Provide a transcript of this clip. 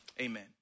amen